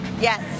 yes